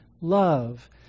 love